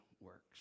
works